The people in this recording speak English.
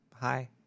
Hi